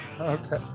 Okay